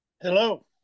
Hello